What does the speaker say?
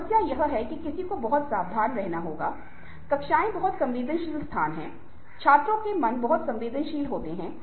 इसलिए अंत में मैं यह निष्कर्ष निकालना चाहूंगा कि बातचीत मानव सामाजिक जीवन का एक आकर्षक पहलू है